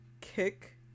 kick